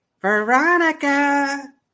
Veronica